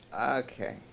Okay